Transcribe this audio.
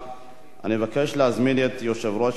אני מבקש להזמין את יושב-ראש ועדת החוקה,